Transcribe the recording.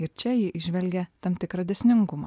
ir čia ji įžvelgia tam tikrą dėsningumą